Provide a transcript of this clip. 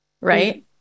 Right